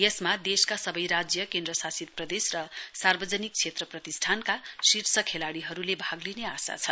यसमा देशका सबै राज्य केन्द्रशासित प्रदेश र सार्वजनिक क्षेत्र प्रतिष्ठानका शीर्ष खेलाड़ीहरुले भाग लिने आशा छ